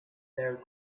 their